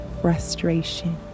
frustration